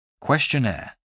questionnaire